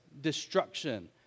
destruction